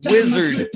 Wizard